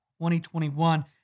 2021